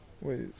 Wait